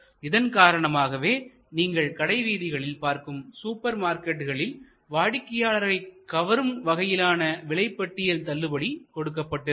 இதன் காரணமாகவே நீங்கள் கடைவீதிகளில் பார்க்கும் சூப்பர் மார்க்கெட்டுகளில் வாடிக்கையாளர்களை கவரும் வகையிலான விலை பட்டியல் தள்ளுபடி கொடுக்கப்பட்டிருக்கும்